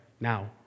now